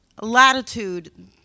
latitude